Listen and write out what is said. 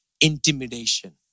intimidation